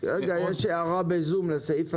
לסעיף הזה יש הערה ב-זום.